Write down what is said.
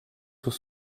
sous